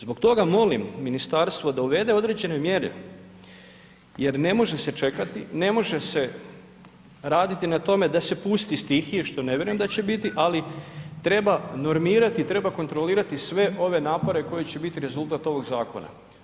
Zbog toga molim ministarstvo da uvede određene mjere jer ne može se čekati, ne može se raditi na tome da se pusti stihije što ne vjerujem da će biti, ali treba normirati, treba kontrolirati sve ove napore koji će biti rezultat ovoga zakona.